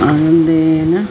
आनन्देन